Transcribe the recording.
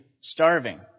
starving